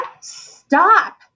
stop